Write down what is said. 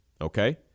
Okay